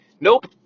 Nope